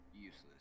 useless